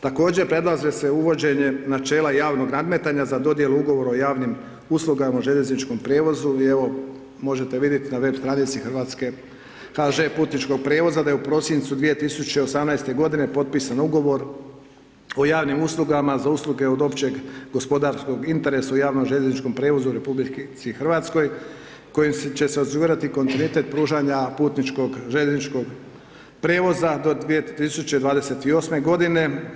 Također, predlaže se uvođenje načela javnog nadmetanja za dodjelu Ugovora o javnim uslugama u željezničkom prijevozu i evo, možete vidjeti na web stranici Hrvatske, HŽ Putničkog prijevoza da je u prosincu 2018.-te godine potpisan Ugovor o javnim uslugama za usluge od općeg gospodarskog interesa u javnom željezničkom prijevozu u RH kojim će se osigurati kontinuitet pružanja putničkog željezničkog prijevoza do 2028.-me godine.